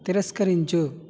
తిరస్కరించు